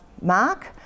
mark